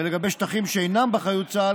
ולגבי שטחים שאינם באחריות צה"ל,